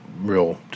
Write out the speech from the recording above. real